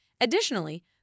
Additionally